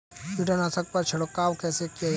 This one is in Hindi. कीटनाशकों पर छिड़काव कैसे किया जाए?